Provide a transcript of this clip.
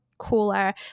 cooler